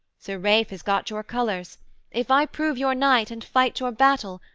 sir ralph has got your colours if i prove your knight, and fight your battle,